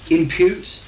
impute